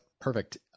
perfect